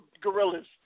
gorillas